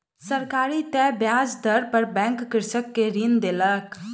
सरकारी तय ब्याज दर पर बैंक कृषक के ऋण देलक